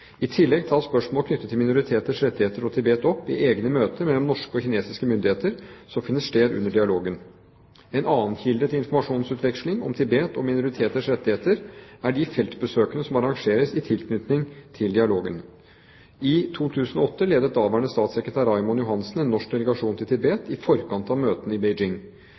I tillegg tas spørsmål knyttet til minoriteters rettigheter og Tibet opp i egne møter mellom norske og kinesiske myndigheter, som finner sted under dialogen. En annen kilde til informasjonsutveksling om Tibet og minoriteters rettigheter er de feltbesøkene som arrangeres i tilknytning til dialogen. I 2008 ledet daværende statssekretær Raymond Johansen en norsk delegasjon til Tibet i forkant av møtene i Beijing.